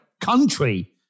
country